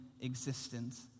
existence